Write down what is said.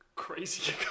Crazy